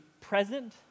present